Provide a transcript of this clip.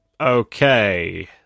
Okay